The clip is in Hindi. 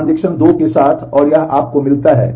ट्रांज़ैक्शन 2 के साथ और यह आपको मिलता है